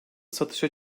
satışa